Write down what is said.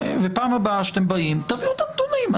ובפעם הבאה שאתם באים תביאו את הנתונים.